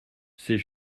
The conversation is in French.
c’est